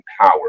power